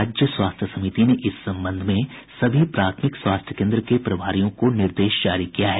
राज्य स्वास्थ्य समिति ने इस संबंध में सभी प्राथमिक स्वास्थ्य केन्द्र के प्रभारियों को निर्देश जारी किया है